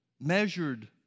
measured